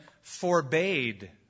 forbade